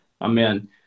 Amen